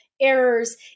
errors